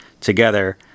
Together